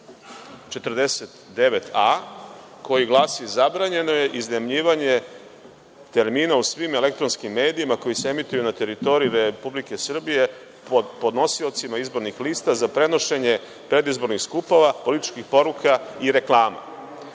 49a, koji glasi – Zabranjeno je iznajmljivanje termina u svim elektronskim medijima koji se emituju na teritoriji Republike Srbije pod podnosiocima izbornih lica za prenošenje predizbornih skupova, političkih poruka i reklama. Znači,